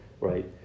right